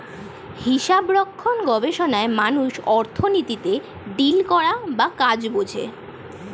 হিসাবরক্ষণ গবেষণায় মানুষ অর্থনীতিতে ডিল করা বা কাজ বোঝে